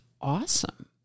awesome